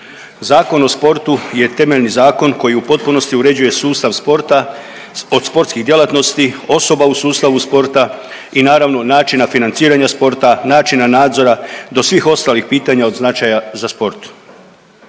Zakon o sportu je temeljni zakon koji u potpunosti uređuje sustav sporta od sportskih djelatnosti, osoba u sustavu sporta i naravno načina financiranja sporta, načina nadzora do svih ostalih pitanja od značaja za sport.